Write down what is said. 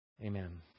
Amen